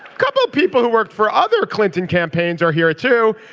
couple of people who worked for other clinton campaigns are here too.